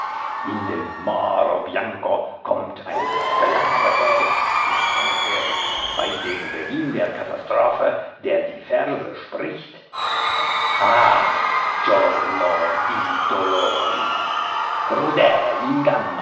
in dem moro bianco kommt ein sklave vor und zwar erst bei dem beginn der katastrophe der die verse spricht ah giorno di